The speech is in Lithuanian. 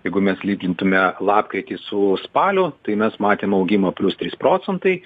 jeigu mes lygintume lapkritį su spaliu tai mes matėm augimą plius trys procentai